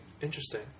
Interesting